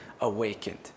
awakened